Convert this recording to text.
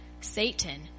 Satan